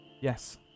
Yes